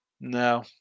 No